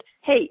Hey